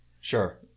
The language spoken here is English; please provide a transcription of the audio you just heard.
Sure